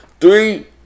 Three